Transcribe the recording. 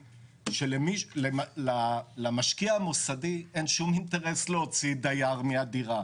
היא שלמשקיע המוסדי אין שום אינטרס להוציא דייר מהדירה.